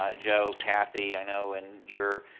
ah joe, cathy, i know and you're